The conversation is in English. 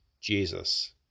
JESUS